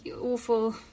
awful